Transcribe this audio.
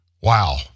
Wow